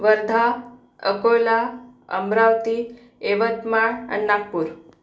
वर्धा अकोला अमरावती यवतमाळ आणि नागपूर